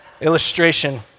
Illustration